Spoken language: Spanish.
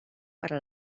para